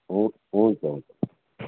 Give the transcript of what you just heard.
हुन्छ हुन्छ